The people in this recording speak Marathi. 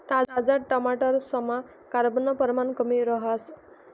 ताजा टमाटरसमा कार्ब नं परमाण कमी रहास